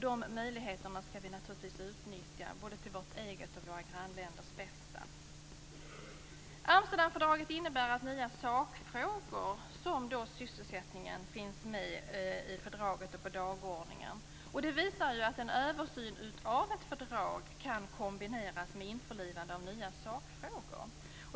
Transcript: De möjligheterna skall vi naturligtvis utnyttja både till vårt eget och våra grannländers bästa. Amsterdamfördraget innebär att nya sakfrågor som sysselsättningen finns med i fördraget och på dagordningen. Det visar ju att en översyn av ett fördrag kan kombineras med ett införlivande av nya sakfrågor.